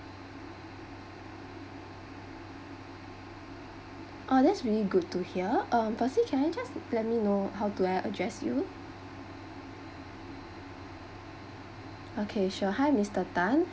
oh that's really good to hear um firstly can I just let me know how do I address you okay sure hi mister tan